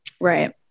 right